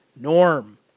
Norm